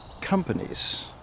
companies